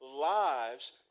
lives